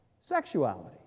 sexuality